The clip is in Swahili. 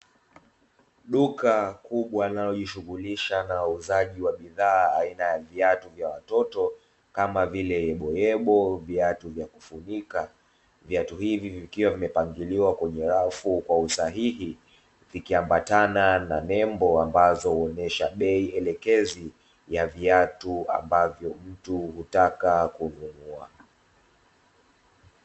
Duka kubwa linalojishughulisha na uuzaji wa bidhaa aina ya viatu vya watoto kama vile; yeboyebo, viatu vya kufunika. Viatu hivi vikiwa vimepangiliwa kwenye rafu kwa usahihi vikiambatana na nembo ambazo huonyesha bei elekezi ya viatu ambavyo mtu hutaka kununua.